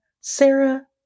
Sarah